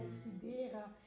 studeren